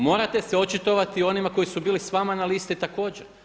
Morate se očitovati i o onima koji su bili s vama na listi također.